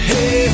Hey